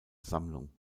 sammlung